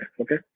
Okay